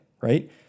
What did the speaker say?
right